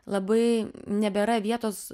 labai nebėra vietos